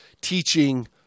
teaching